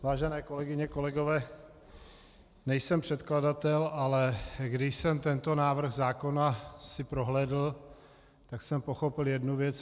Vážené kolegyně, kolegové, nejsem předkladatel, ale když jsem si tento návrh zákona prohlédl, tak jsem pochopil jednu věc.